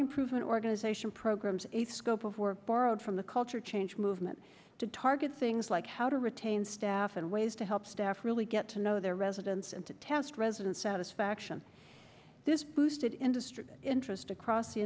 improvement organization programs a scope of work borrowed from the culture change movement to target things like how to retain staff and ways to help staff really get to know their residents and to test residents satisfaction this boosted industry interest across the